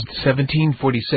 1746